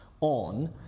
on